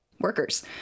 workers